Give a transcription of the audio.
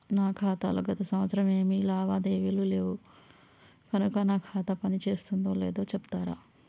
నా ఖాతా లో గత సంవత్సరం ఏమి లావాదేవీలు లేవు కనుక నా ఖాతా పని చేస్తుందో లేదో చెప్తరా?